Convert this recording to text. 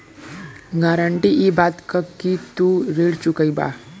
guarantee इ बात क कि तू ऋण चुकइबा